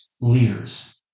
leaders